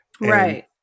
Right